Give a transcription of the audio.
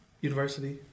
University